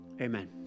Amen